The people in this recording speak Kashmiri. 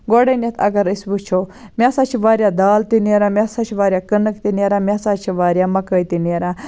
گۄڈٕنیٚتھ اَگر أسۍ وٕچھو مےٚ ہَسا چھِ واریاہ دال تہِ نیران مےٚ ہَسا چھِ واریاہ کٕنک تہِ نیران مےٚ ہَسا چھِ واریاہ مَکٲے تہِ نیران